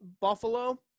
Buffalo